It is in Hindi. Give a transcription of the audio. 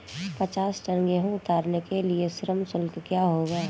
पचास टन गेहूँ उतारने के लिए श्रम शुल्क क्या होगा?